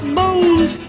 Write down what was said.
bones